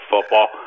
football